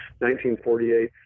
1948